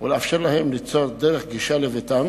ולאפשר להם ליצור דרך גישה לביתם